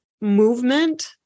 movement